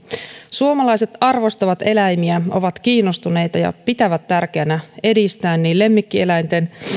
suomalaiset arvostavat eläimiä ovat kiinnostuneita ja pitävät tärkeänä edistää niin lemmikkieläinten